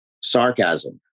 sarcasm